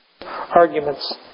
arguments